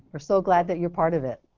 we're so glad that you're part of it.